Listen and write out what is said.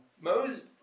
Moses